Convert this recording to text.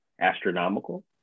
astronomical